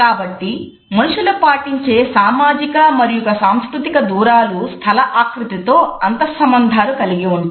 కాబట్టి మనుషులు పాటించే సామాజిక మరియు సాంస్కృతిక దూరాలు స్థలఆకృతితో అంతస్సంబంధాలు కలిగి ఉంటాయి